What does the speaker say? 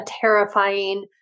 terrifying